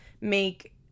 make